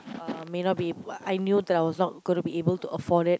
uh may not be I knew that I was not gonna be able to afford it